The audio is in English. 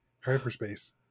hyperspace